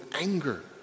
anger